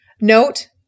note